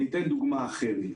אתן דוגמה אחרת,